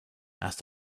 asked